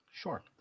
Sure